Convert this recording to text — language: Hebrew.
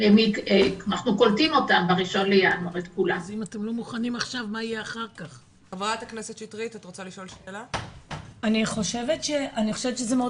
אנחנו קולטים את כולם ב- 1.1. אני חושבת שזה מאוד